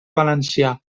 valencià